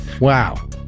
wow